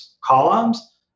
columns